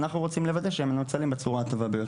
אנחנו רוצים לוודא שהן מנוצלות בצורה הטובה ביותר.